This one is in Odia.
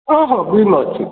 ହଁ ହଁ ବିନ୍ ଅଛି